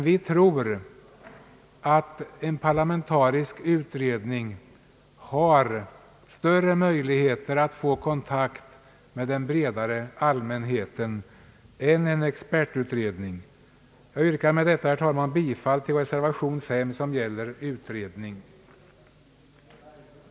Vi tror emellertid att en parlamentarisk utredning har större möjligheter att få kontakt med den bredare allmänheten än en expertutredning har. Jag yrkar med det anförda, herr talman, bifall till reservationen, i vilken föreslås att en parlamentarisk utredning skall tillsättas för denna fråga.